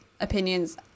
opinions